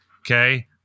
Okay